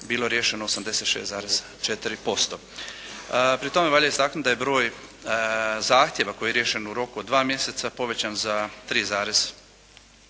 bilo riješeno 86,4%. Pri tome valja istaknuti da je broj zahtjeva koji je riješen u roku dva mjeseca povećan za 3,01%